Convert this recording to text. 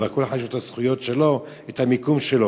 כבר כל אחד יש לו את הזכויות שלו, את המיקום שלו.